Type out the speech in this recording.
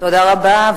תודה רבה.